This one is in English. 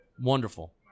wonderful